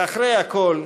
ואחרי הכול,